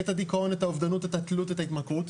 את הדיכאון, את האובדנות, את התלות, את ההתמכרות,